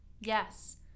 yes